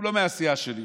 הוא לא מהסיעה שלי,